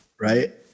right